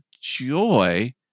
joy